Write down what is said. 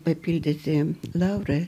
papildyti laura